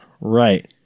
Right